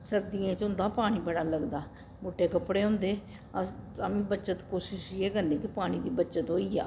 सर्दियें च होंदा पानी बड़ा लगदा मुट्टे कपड़े होंदे अस तां बी बचत कोशिश इ'यै करनी के पानी दी बचत होई जा